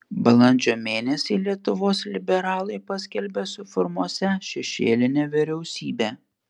balandžio mėnesį lietuvos liberalai paskelbė suformuosią šešėlinę vyriausybę